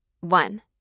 One